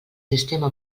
sistema